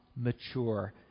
mature